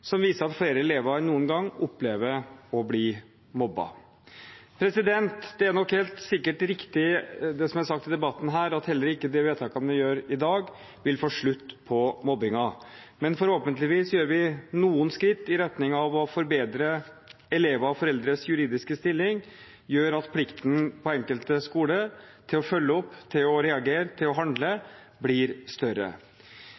som viser at flere elever enn noen gang opplever å bli mobbet. Det er nok riktig det som er sagt her i debatten, at heller ikke de vedtakene vi gjør i dag, vil få slutt på mobbingen. Men forhåpentligvis tar vi noen skritt i riktig retning. Å forbedre elevers og foreldres juridiske stilling gjør at den enkelte skoles plikt til å følge opp, til å reagere og til å handle